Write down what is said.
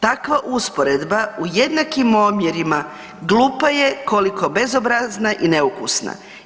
Takva usporedba u jednakim omjerima, glupa je koliko bezobrazna i neukusna.